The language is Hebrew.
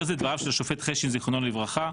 זה דבריו של השופט חשין זיכרונו לברכה,